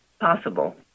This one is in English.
possible